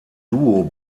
duo